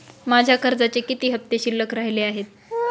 माझ्या कर्जाचे किती हफ्ते शिल्लक राहिले आहेत?